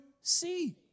see